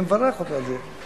ואני מברך אותו על זה.